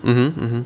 mmhmm mmhmm